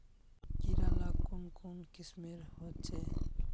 कीड़ा ला कुन कुन किस्मेर होचए?